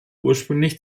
ursprünglich